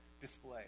display